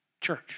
church